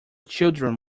children